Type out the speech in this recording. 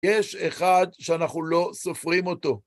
יש אחד שאנחנו לא סופרים אותו.